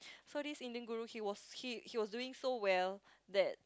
so this Indian Guru he was he he was doing so well that